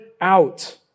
out